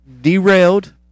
derailed